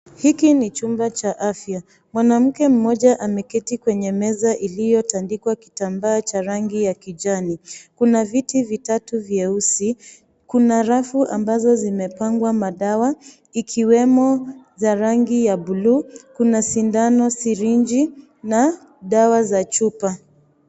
Hiki ni chumba cha afya. Mwanamke mmoja ameketi kwenye meza iliyotandikwa kitambaa cha rangi ya kijani. Kuna viti vitatu vyeusi, kuna rafu ambazo zimepangwa madawa ikiwemo za rangi ya buluu, kuna sindano, sirinji na dawa za chupa.